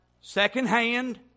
secondhand